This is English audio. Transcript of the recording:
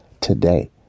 today